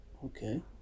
Okay